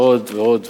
ועוד ועוד ועוד,